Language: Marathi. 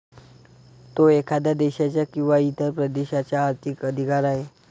तो एखाद्या देशाचा किंवा इतर प्रदेशाचा आर्थिक अधिकार आहे